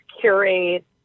curate